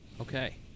Okay